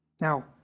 Now